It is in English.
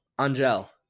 Angel